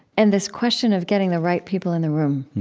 and this question of getting the right people in the room